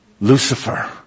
Lucifer